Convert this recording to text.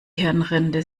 hirnrinde